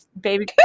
baby